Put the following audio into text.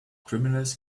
criminals